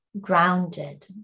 grounded